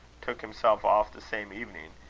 took himself off the same evening,